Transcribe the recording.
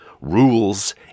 rules